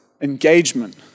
engagement